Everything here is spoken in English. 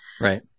Right